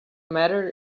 matter